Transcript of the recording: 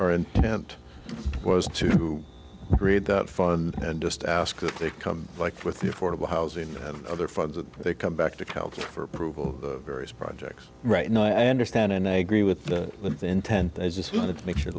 are intent was to read that fun and just ask that they come like with the affordable housing and other funds and they come back to calgary for approval of various projects right now i understand and i agree with the intent i just wanted to make sure